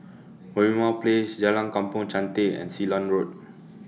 Merlimau Place Jalan Kampong Chantek and Ceylon Road